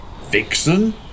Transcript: Vixen